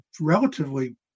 relatively